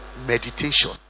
meditation